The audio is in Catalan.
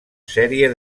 sèrie